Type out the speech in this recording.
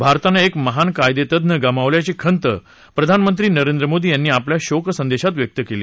भारतानं एक महान कायदेतज्ञ गमावल्याची खंत प्रधानमंत्री नरेंद्र मोदी यांनी आपल्या शोक संदेशात व्यक्त केली